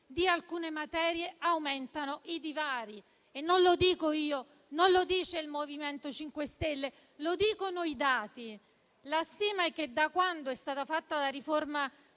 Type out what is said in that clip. di alcune materie, aumentano i divari. Questo non lo affermo io, non lo dice il MoVimento 5 Stelle: lo affermano i dati. Si stima che, da quando è stata fatta la riforma